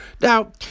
Now